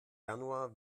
januar